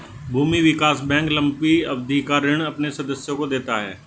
भूमि विकास बैंक लम्बी अवधि का ऋण अपने सदस्यों को देता है